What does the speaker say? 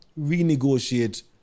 renegotiate